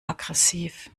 aggressiv